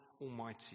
Almighty